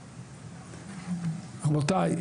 רבותיי,